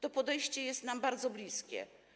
To podejście jest nam bardzo bliskie.